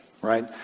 right